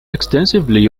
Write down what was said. extensively